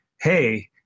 hey